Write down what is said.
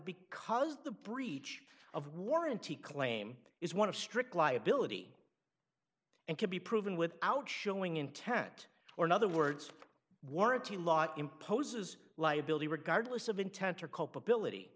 because the breach of warranty claim is one of strict liability and can be proven without showing intent or in other words warranty law imposes liability regardless of intent or culpability